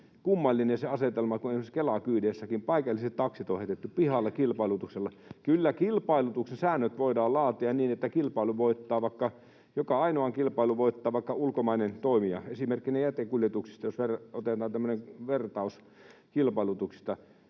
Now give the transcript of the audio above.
kummallinen se asetelma, kun esimerkiksi Kela-kyydeissäkin paikalliset taksit on heitetty pihalle kilpailutuksella. Kyllä kilpailutuksessa säännöt voidaan laatia niin, että kilpailun voittaa — vaikka joka ainoan kilpailun voittaa — vaikka ulkomainen toimija. Esimerkki jätekuljetuksesta, jos otetaan tämmöinen vertaus kilpailutuksista: